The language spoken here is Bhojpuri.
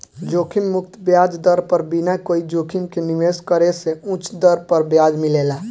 जोखिम मुक्त ब्याज दर पर बिना कोई जोखिम के निवेश करे से उच दर पर ब्याज मिलेला